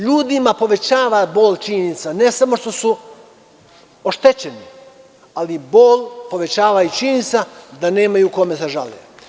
Ljudima povećava bol činjenica, ne samo što su oštećeni, ali bol povećava i činjenica da nemaju kome da se žale.